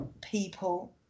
people